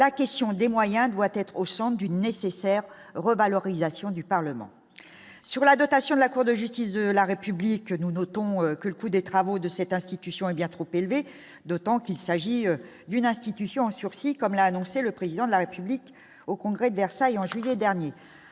la question des moyens doit être au centre d'une nécessaire revalorisation du Parlement sur la dotation de la Cour de justice de la République, nous notons que le coût des travaux de cette institution est bien trop élevé, d'autant qu'il s'agit d'une institution sursis comme l'a annoncé le président de la République au congrès de Versailles en juillet dernier,